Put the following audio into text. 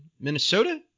Minnesota